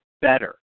better